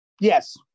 Yes